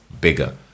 bigger